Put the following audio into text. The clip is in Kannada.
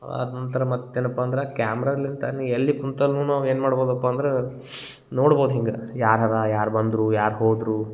ಆದು ನಂತರ ಮತ್ತೆನಪ್ಪ ಅಂದ್ರ ಕ್ಯಾಮ್ರಲಿಂತ ನೀ ಎಲ್ಲಿ ಕುಂತಲೂನು ಏನು ಮಾಡ್ಬೋದಪ್ಪ ಅಂದ್ರ ನೋಡ್ಬೋದು ಹಿಂಗೆ ಯಾರರ ಯಾರ ಬಂದರೂ ಯಾರ ಹೋದರು